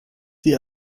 sie